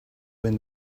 when